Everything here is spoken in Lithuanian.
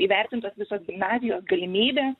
įvertintos visos gimnazijos galimybė